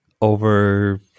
over